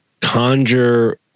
conjure